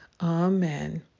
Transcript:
amen